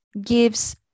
gives